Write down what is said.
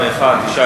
התשע"א